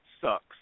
sucks